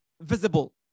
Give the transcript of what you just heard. visible